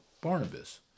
Barnabas